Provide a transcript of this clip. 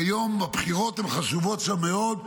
כיום הבחירות חשובות שם מאוד,